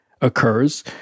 occurs